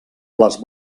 les